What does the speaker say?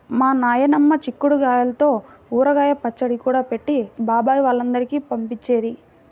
మా నాయనమ్మ చిక్కుడు గాయల్తో ఊరగాయ పచ్చడి కూడా పెట్టి బాబాయ్ వాళ్ళందరికీ పంపించేది